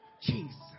Jesus